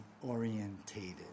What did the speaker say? orientated